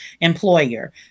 employer